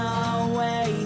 away